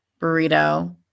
Burrito